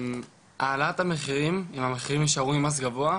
העלאת המחירים, אם המחירים יישארו עם מס גבוה,